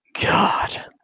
God